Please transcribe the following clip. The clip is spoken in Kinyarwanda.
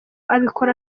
abikora